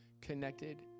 connected